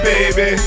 Baby